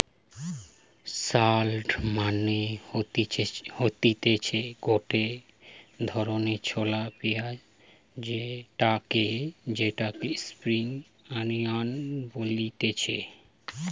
shallot মানে হতিছে গটে ধরণের ছলা পেঁয়াজ যেটাকে স্প্রিং আনিয়ান বলতিছে